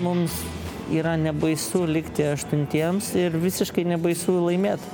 mums yra nebaisu likti aštuntiems ir visiškai nebaisu laimėt